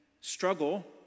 struggle